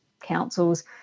councils